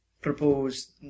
proposed